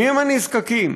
מיהם הנזקקים?